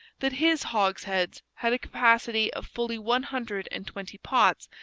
that his hogsheads had a capacity of fully one hundred and twenty pots,